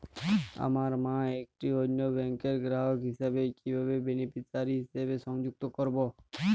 আমার মা একটি অন্য ব্যাংকের গ্রাহক হিসেবে কীভাবে বেনিফিসিয়ারি হিসেবে সংযুক্ত করব?